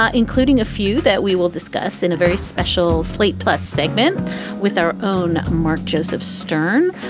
ah including a few that we will discuss in a very special slate plus segment with our own mark joseph stern.